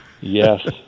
Yes